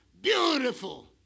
beautiful